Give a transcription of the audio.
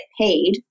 paid